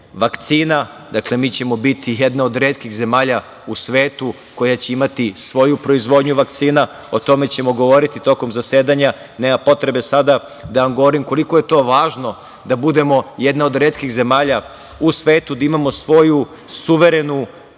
vakcine. Dakle, mi ćemo biti jedna od retkih zemalja u svetu koja će imati svoju proizvodnju vakcina, o tome ćemo govoriti tokom zasedanja, nema potrebe sada da vam govorim koliko je to važno da budemo jedna od retkih zemalja u svetu, da imamo svoju suverenu, nezavisnu